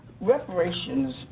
reparations